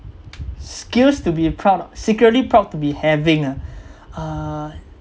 skills to be proud secretly proud to be having ah uh